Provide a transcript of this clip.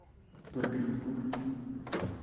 Uttar Dinajpur